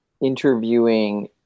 interviewing